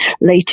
later